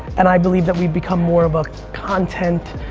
and i believe that we've become more of a content,